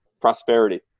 prosperity